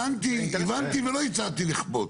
אני הבנתי ולא הצעתי לכפות.